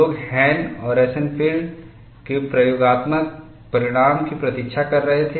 लोग हैन और रोसेनफेल्डके प्रयोगात्मक परिणाम की प्रतीक्षा कर रहे थे